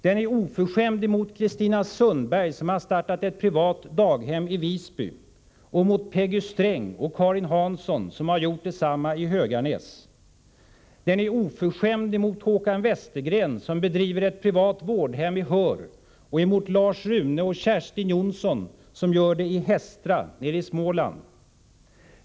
Den är oförskämd emot Kristina Sundberg, som har startat ett privat daghem i Visby, och emot Peggy Sträng och Karin Hansson som har gjort detsamma i Höganäs. Den är oförskämd emot Håkan Westergren, som bedriver ett privat vårdhem i Höör, och emot Lars-Rune och Kerstin Jonsson som gör det i Hestra i Småland.